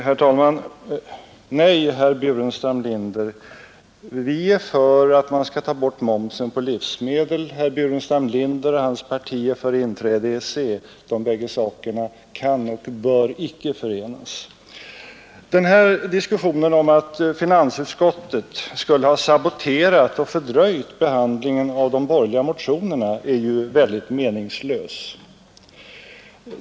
Herr talman! Nej, herr Burenstam Linder, vi är för att man skall ta bort momsen på livsmedel; herr Burenstam Linder och hans parti är för inträde i EEC. De båda sakerna kan och bör icke förenas. Diskussionen om att finansutskottet skulle ha saboterat och fördröjt behandlingen av de borgerliga motionerna är väldigt meningslös.